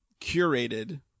curated